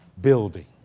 building